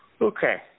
Okay